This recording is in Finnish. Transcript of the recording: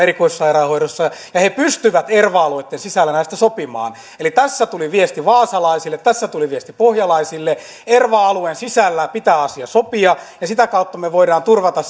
ja erikoissairaanhoidossa ja he pystyvät erva alueitten sisällä näistä sopimaan eli tässä tuli viesti vaasalaisille tässä tuli viesti pohjalaisille erva alueen sisällä pitää asia sopia ja sitä kautta me voimme turvata